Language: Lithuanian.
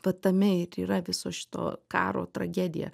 va tame ir yra viso šito karo tragedija